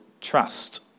trust